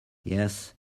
yes